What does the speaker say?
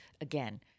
again